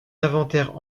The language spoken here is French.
inventaire